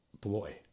boy